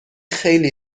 خیلی